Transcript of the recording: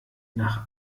nach